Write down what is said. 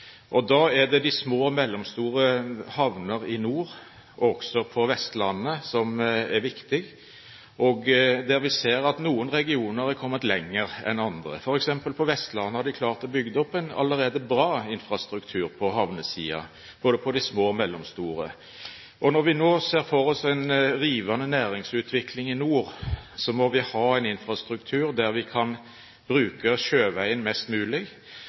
Da er det de små og mellomstore havner i nord og også på Vestlandet som er viktig, og vi ser at noen regioner har kommet lenger enn andre. For eksempel på Vestlandet har de allerede klart å bygge opp en bra infrastruktur på havnesiden, når det gjelder både de små og de mellomstore. Når vi nå ser for oss en rivende næringsutvikling i nord, må vi ha en infrastruktur der vi kan bruke sjøveien mest mulig,